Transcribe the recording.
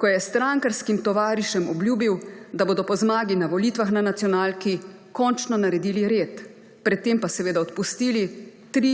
ko je strankarskim tovarišem obljubil, da bodo po zmagi na volitvah na nacionalki končno naredili red, pred tem pa seveda odpustili tri,